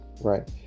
Right